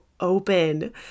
Open